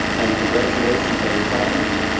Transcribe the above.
and congratulations on retirement.